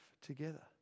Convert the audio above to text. together